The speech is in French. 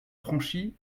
franchies